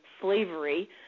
slavery